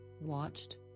watched